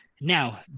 Now